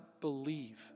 believe